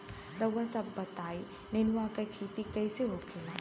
रउआ सभ बताई नेनुआ क खेती कईसे होखेला?